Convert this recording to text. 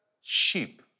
sheep